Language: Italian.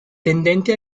tendenti